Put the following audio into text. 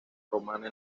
romana